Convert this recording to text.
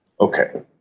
Okay